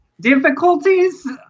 difficulties